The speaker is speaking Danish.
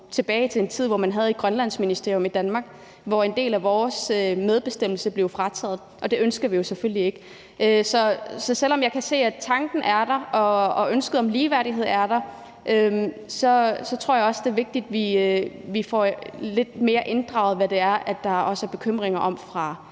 tilbage i en tid, hvor man havde et Grønlandsministerium i Danmark, hvor en del af vores medbestemmelse blev frataget os, og det ønsker vi jo selvfølgelig ikke. Så selv om jeg kan se, at tanken og ønsket om ligeværdighed er der, tror jeg også, det er vigtigt, at vi får lidt mere inddraget, hvad det er, der er bekymringer om fra